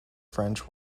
french